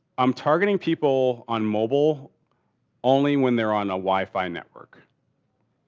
i'm targeting people on mobile only when they're on a wi-fi network.